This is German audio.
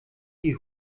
die